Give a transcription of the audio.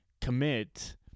commit